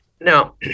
Now